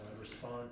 respond